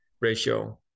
ratio